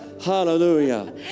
hallelujah